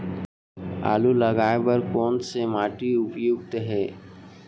आलू लगाय बर कोन से माटी उपयुक्त हे?